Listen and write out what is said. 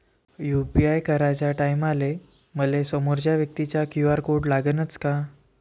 UPI कराच्या टायमाले मले समोरच्या व्यक्तीचा क्यू.आर कोड लागनच का?